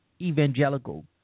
evangelical